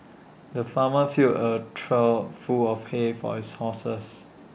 the farmer filled A trough full of hay for his horses